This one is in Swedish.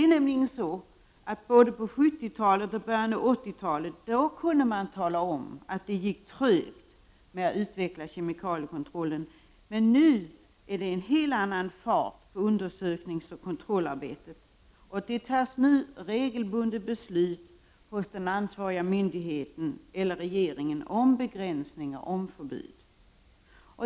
Både på 70-talet och i början av 80-talet kunde man nämligen tala om att det gick trögt när det gällde att utveckla kemikaliekontrollen. Men nu är det en helt annan fart på undersökningsoch kontrollarbetet. Det fattas nu regelbundet beslut hos ansvarig myndighet eller hos regeringen om begränsningar, om förbud.